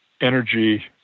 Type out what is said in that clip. energy